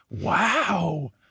Wow